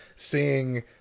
Seeing